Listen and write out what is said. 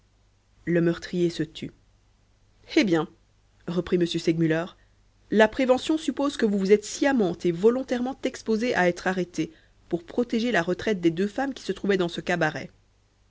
le meurtrier se tut eh bien reprit m segmuller la prévention suppose que vous vous êtes sciemment et volontairement exposé à être arrêté pour protéger la retraite des deux femmes qui se trouvaient dans ce cabaret